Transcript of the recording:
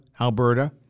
Alberta